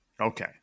Okay